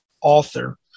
author